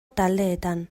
taldeetan